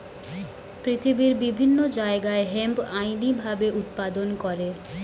পৃথিবীর বিভিন্ন জায়গায় হেম্প আইনি ভাবে উৎপাদন করে